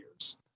years